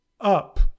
up